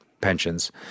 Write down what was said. pensions